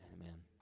Amen